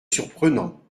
surprenant